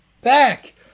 back